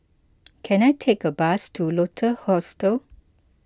can I take a bus to Lotus Hostel